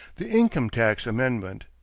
the income tax amendment.